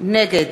נגד